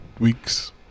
Weeks